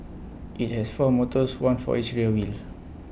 IT has four motors one for each rear wheel